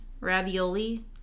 ravioli